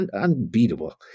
unbeatable